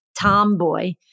tomboy